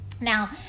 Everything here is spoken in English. now